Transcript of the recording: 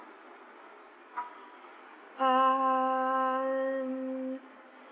um